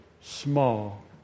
small